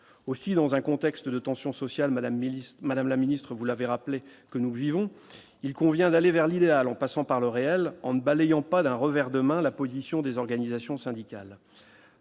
aussi dans un contexte de tension sociale Madame Elis, madame la ministre, vous l'avez rappelé que nous vivons, il convient d'aller vers l'idéal, en passant par le réel en balayons pas d'un revers de main la position des organisations syndicales,